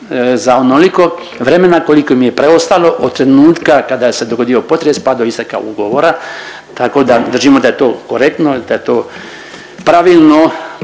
za onoliko vremena koliko im je preostalo od trenutka kada se dogodio potres, pa do isteka ugovora, tako da držimo da je to korektno, da je to pravilno